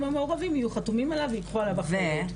המעורבים יהיו חתומים עליו וייקחו עליו אחריות.